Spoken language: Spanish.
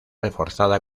reforzada